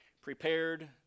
prepared